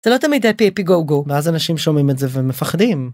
זה לא תמיד האפי האפי גו גו - ואז אנשים שומעים את זה ומפחדים.